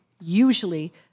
usually